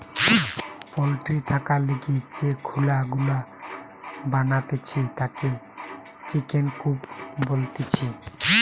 poultry থাকার লিগে যে খুলা গুলা বানাতিছে তাকে চিকেন কূপ বলতিছে